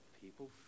people